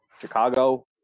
Chicago